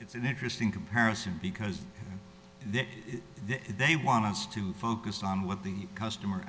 it's an interesting comparison because they want us to focus on what the customer